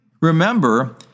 Remember